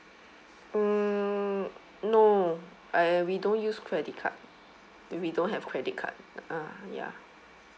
uh no I we don't use credit card we don't have credit card ah ya